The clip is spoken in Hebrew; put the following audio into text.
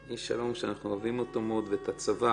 יש -- -שאנחנו אוהבים אותם מאוד ואת הצבא,